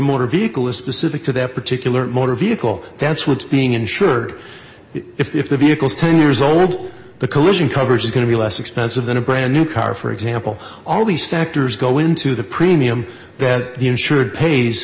motor vehicle is specific to that particular motor vehicle that's what's being insured if the vehicles ten years old the collision come which is going to be less expensive than a brand new car for example all these factors go into the premium that the insured pays